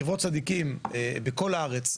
בקברי צדיקים בכל הארץ,